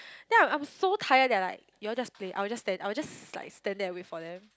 then I am I am so tired then I like you all just play I will just stand I will just like stand there and wait for them